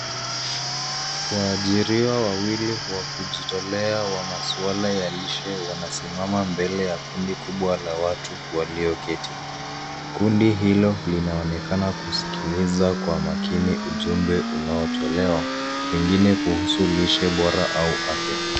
Waajiriwa wawili wa kujitolea wa masuala ya lishe wanasimama mbele ya kundi kubwa la watu walioketi. Kundi hilo linaonekana kusikiliza kwa makini ujumbe unaotolewa pengine kuhusu lishe bora au afya.